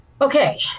Okay